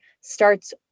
starts